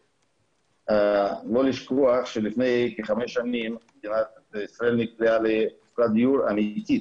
לא לשכוח שלפני כחמש שנים ישראל נקלעה למצוקת דיור אמיתית